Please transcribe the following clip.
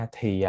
Thì